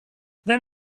then